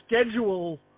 schedule